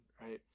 right